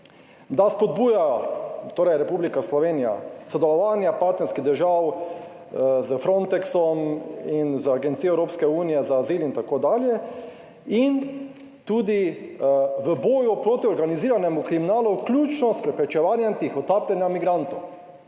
da spodbuja, torej Republika Slovenija, sodelovanje partnerskih držav s Frontexom in z Agencijo Evropske unije za azil in tako dalje in tudi v boju proti organiziranemu kriminalu, vključno s preprečevanjem tihotapljenja migrantov.